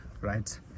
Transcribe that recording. right